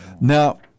now